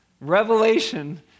Revelation